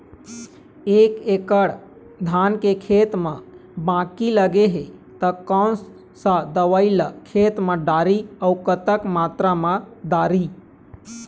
एक एकड़ धान के खेत मा बाकी लगे हे ता कोन सा दवई ला खेत मा डारी अऊ कतक मात्रा मा दारी?